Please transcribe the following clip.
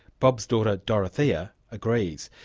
bob's daughter dorothea agrees.